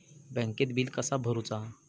बँकेत बिल कसा भरुचा?